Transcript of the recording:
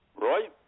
Right